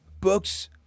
Books